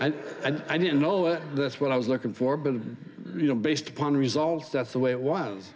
and i didn't know what that's what i was looking for but of you know based upon results that's the way it was